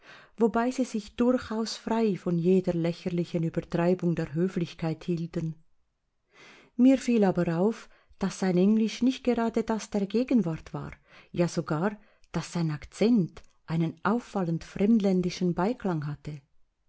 wobei sie sich durchaus frei von jeder lächerlichen übertreibung der höflichkeit hielten mir fiel aber auf daß sein englisch nicht gerade das der gegenwart war ja sogar daß sein akzent einen auffallend fremdländischen beiklang hatte